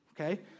okay